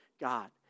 God